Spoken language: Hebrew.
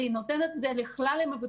אלא היא נותנת את זה לכלל המבוטחים.